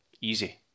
Easy